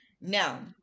now